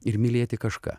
ir mylėti kažką